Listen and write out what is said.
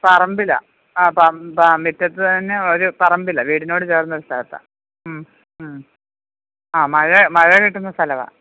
പറമ്പിലാണ് അപ്പം മിറ്റത്ത് തന്നെ ഒരു പറമ്പിലാണ് വീടിനോട് ചേർന്ന ഒരു സ്ഥലത്താ മ് മ് ആ മഴ മഴ കിട്ടുന്ന സ്ഥലമാണ്